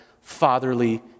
fatherly